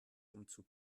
umzug